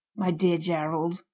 my dear gerald,